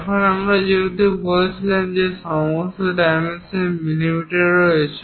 সুতরাং আমরা বলেছিলাম যে সমস্ত ডাইমেনশন মিমিতে রয়েছে